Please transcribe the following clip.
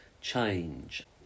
change